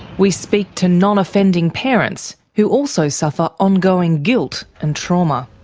we speak to non-offending parents, who also suffer ongoing guilt and trauma.